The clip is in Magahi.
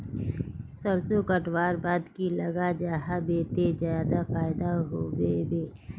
सरसों कटवार बाद की लगा जाहा बे ते ज्यादा फायदा होबे बे?